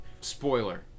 Spoiler